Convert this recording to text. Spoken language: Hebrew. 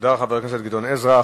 תודה לחבר הכנסת גדעון עזרא.